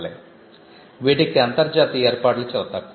వీటికి అంతర్జాతీయ ఏర్పాట్లు చాలా తక్కువ